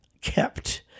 kept